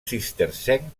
cistercenc